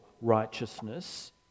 righteousness